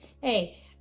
Hey